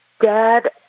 Dad